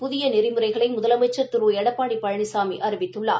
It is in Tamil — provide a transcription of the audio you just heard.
புதிய நெறிமுறைகளை முதலமைச்சா் திரு எடப்பாடி பழனிசாமி அறிவித்துள்ளார்